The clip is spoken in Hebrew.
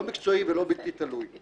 לא מקצועי ולא בלתי תלוי.